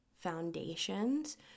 foundations